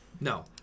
No